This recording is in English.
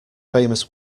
famous